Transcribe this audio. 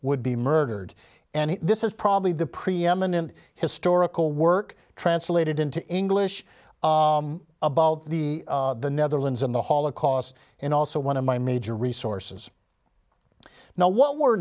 would be murdered and this is probably the preeminent historical work translated into english about the netherlands and the holocaust and also one of my major resources now what were